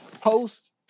post